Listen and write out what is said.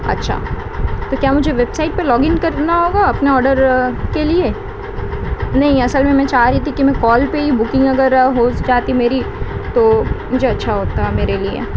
اچھا تو کیا مجھے ویب سائٹ پہ لاگ ان کرنا ہوگا اپنا آرڈر کے لیے نہیں اصل میں میں چاہ رہی تھی کہ میں کال پہ ہی بکنگ اگر ہو جاتی میری تو مجھے اچھا ہوتا میرے لیے